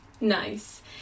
Nice